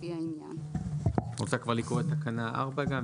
לפי העניין"." רוצה לקרוא כבר את תקנה 4 גם?